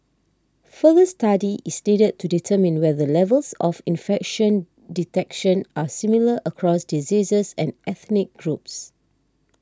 further study is needed to determine whether levels of infection detection are similar across diseases and ethnic groups